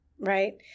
right